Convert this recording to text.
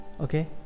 okay